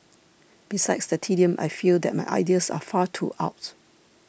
besides the tedium I feel that my ideas are far too out